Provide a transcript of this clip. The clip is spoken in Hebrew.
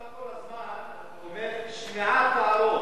אתה כל הזמן אומר: שמיעת טענות.